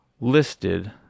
listed